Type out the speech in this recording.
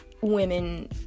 women